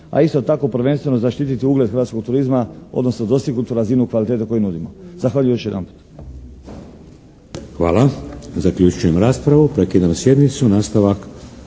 a isto tako prvenstveno zaštititi ugled hrvatskog turizma odnosno dostignutu razinu kvalitete koju nudimo. Zahvaljujem još jedanput. **Šeks, Vladimir (HDZ)** Hvala. Zaključujem raspravu. Prekidam sjednicu. Nastavak